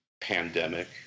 pandemic